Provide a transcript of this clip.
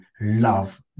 love